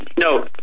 No